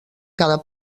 cada